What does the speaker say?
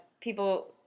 people